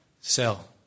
sell